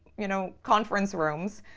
you know, conference rooms